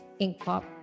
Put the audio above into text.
inkpop